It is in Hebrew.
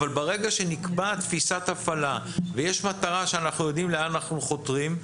אבל ברגע שנקבעת תפיסת הפעלה ויש מטרה שאנחנו ידעים לאן אנחנו חותרים,